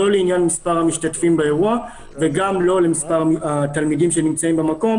לא לעניין מספר המשתתפים באירוע וגם לא למספר התלמידים שנמצאים במקום